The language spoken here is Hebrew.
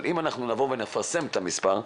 אבל אם אנחנו נבוא ונפרסם את המספר,